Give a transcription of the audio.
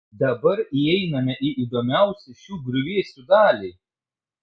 dabar įeiname į įdomiausią šių griuvėsių dalį